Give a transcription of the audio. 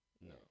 No